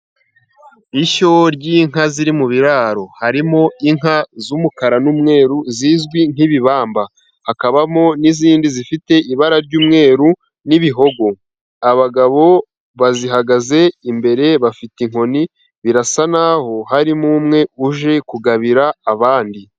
Ishyo ry'inka ziri mu biraro ,harimo inka z'umukara n'umweru zizwi nk'ibibamba ,hakabamo n'izindi zifite ibara ry'umweru n'ibihogo abagabo bazihagaze imbere bafite inkoni birasa na harimo umwe uje kugabira abandi.